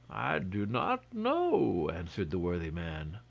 do not know, answered the worthy man,